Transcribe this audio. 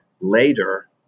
later